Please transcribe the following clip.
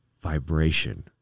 vibration